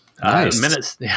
Nice